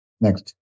Next